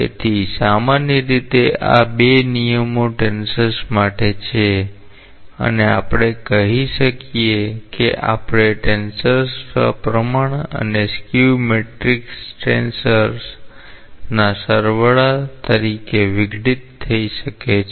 તેથી સામાન્ય રીતે આ નિયમો ટેન્સર માટે છે અને આપણે કહી શકીએ કે કોઈપણ ટેન્સર સપ્રમાણ અને સ્કિવ સિમેટ્રિક ટેન્સરના સરવાળા તરીકે વિઘટિત થઈ શકે છે